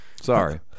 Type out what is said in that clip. Sorry